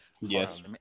Yes